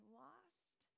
lost